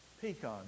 pecan